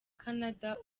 canada